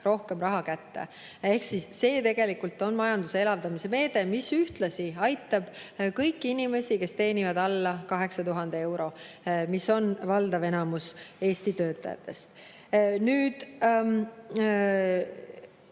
rohkem raha kätte. Ehk see tegelikult on majanduse elavdamise meede, mis ühtlasi aitab kõiki inimesi, kes teenivad alla 8000 euro, mis on valdav enamik Eesti töötajatest. Nüüd